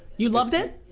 you loved it?